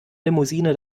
limousine